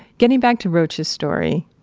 getting back to rauch's story.